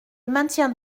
maintiens